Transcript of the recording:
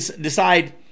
decide